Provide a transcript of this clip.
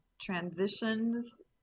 transitions